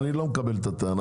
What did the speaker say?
אני לא מקבל את הטענה,